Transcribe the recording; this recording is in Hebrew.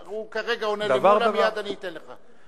הוא כרגע עונה למולה, מייד אני אתן לך.